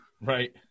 Right